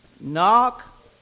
Knock